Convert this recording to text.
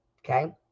okay